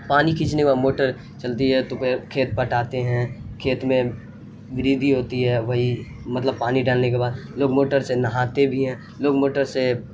پانی کھینچنے کا موٹر چلتی ہے تو کھیت پٹاتے ہیں کھیت میں گریوی ہوتی ہے وہی مطلب پانی ڈالنے کے بعد لوگ موٹر سے نہاتے بھی ہیں لوگ موٹر سے